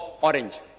orange